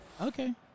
Okay